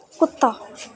कुत्ता